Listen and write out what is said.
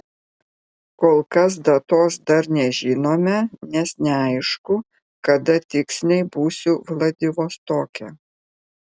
kol kas datos dar nežinome nes neaišku kada tiksliai būsiu vladivostoke